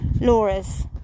Laura's